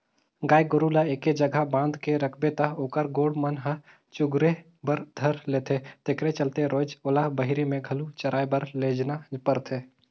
गाय गोरु ल एके जघा बांध के रखबे त ओखर गोड़ मन ह चगुरे बर धर लेथे तेखरे चलते रोयज ओला बहिरे में घलो चराए बर लेजना परथे